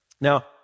Now